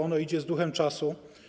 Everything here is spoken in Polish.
Ono idzie z duchem czasu.